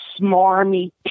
smarmy